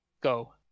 go